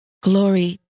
Glory